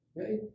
Okay